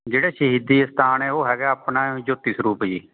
ਜਿਹੜਾ ਸ਼ਹੀਦੀ ਅਸਥਾਨ ਹੈ ਉਹ ਹੈਗਾ ਆਪਣਾ ਜੋਤੀ ਸਰੂਪ ਜੀ